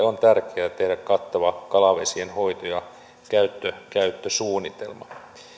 on tärkeää tehdä kattava kalavesien hoito ja käyttösuunnitelma